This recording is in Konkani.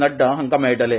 नड्डा हांका मेळटले